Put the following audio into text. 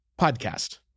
podcast